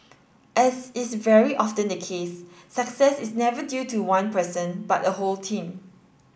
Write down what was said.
as is very often the case success is never due to one person but a whole team